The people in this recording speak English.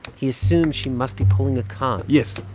he assumes she must be pulling a con yes.